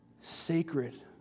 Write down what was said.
sacred